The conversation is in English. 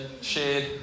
shared